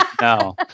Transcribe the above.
No